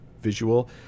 visual